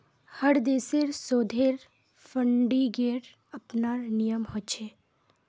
हर देशेर शोधेर फंडिंगेर अपनार नियम ह छे